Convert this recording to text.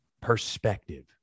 perspective